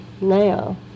now